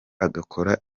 agakora